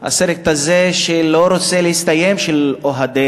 הסרט הזה שלא רוצה להסתיים,